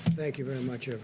thank you very much